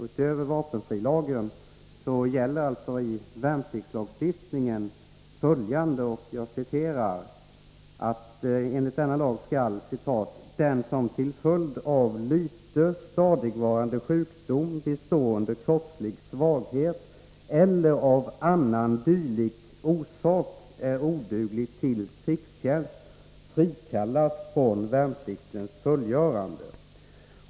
Utöver vapenfrilagen gäller alltså värnpliktslagen, som föreskriver att den som till följd av lyte, stadigvarande sjukdom, bestående kroppslig svaghet eller annan dylik orsak är oduglig till krigstjänst skall frikallas från värnpliktens fullgörande.